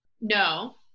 No